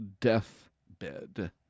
Deathbed